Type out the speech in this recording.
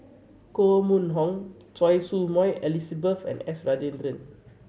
Koh Mun Hong Choy Su Moi Elizabeth and S Rajendran